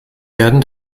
werden